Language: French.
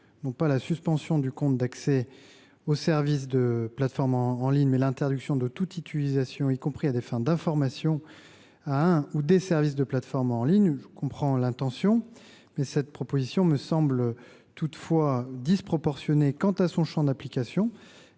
pas la suspension du compte d’accès aux services de plateformes en ligne, mais l’interdiction de toute utilisation, y compris à des fins d’information, d’un ou de plusieurs services de plateformes en ligne. Je comprends l’intention, mais cette proposition me semble disproportionnée, et cela à plusieurs